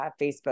Facebook